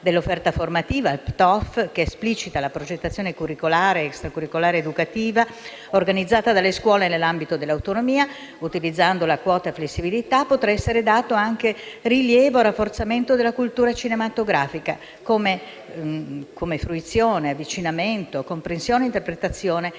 dell'offerta formativa (PTOF), che esplicita la progettazione curriculare, extracurricolare ed educativa, organizzato dalle scuole nell'ambito dell'autonomia, utilizzando una quota di flessibilità, potrà essere dato anche rilievo al rafforzamento della cultura cinematografica, intesa come fruizione, avvicinamento, comprensione e interpretazione